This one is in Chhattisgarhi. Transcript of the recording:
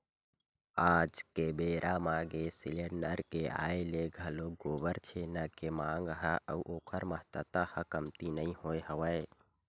आज के बेरा म गेंस सिलेंडर के आय ले घलोक गोबर छेना के मांग ह अउ ओखर महत्ता ह कमती नइ होय हवय